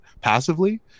passively